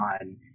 on